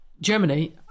Germany